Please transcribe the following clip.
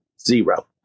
Zero